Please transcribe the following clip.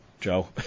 joe